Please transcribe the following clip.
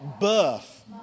birth